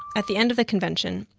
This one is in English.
at the end of the convention,